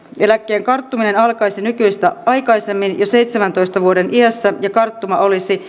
eläkkeen karttuminen alkaisi nykyistä aikaisemmin jo seitsemäntoista vuoden iässä ja karttuma olisi